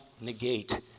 negate